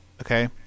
Okay